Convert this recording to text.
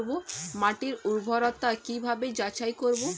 মাটির উর্বরতা কি ভাবে যাচাই করব?